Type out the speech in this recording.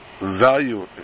value